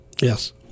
Yes